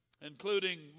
including